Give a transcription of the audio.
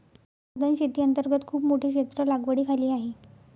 सधन शेती अंतर्गत खूप मोठे क्षेत्र लागवडीखाली आहे